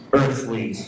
earthly